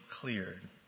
cleared